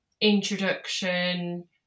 introduction